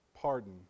pardon